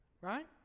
right